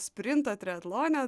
sprinto triatlone